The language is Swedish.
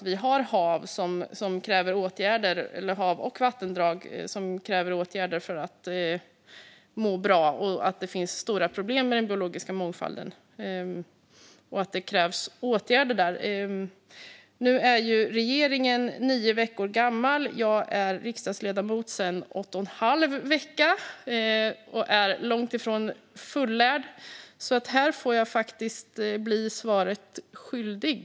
Vi har hav och vattendrag som kräver åtgärder för att må bra, och det finns stora problem med den biologiska mångfalden. Det krävs åtgärder där. Men nu är regeringen nio veckor gammal, och jag är riksdagsledamot sedan åtta och en halv vecka. Jag är långt ifrån fullärd, så här får jag faktiskt bli svaret skyldig.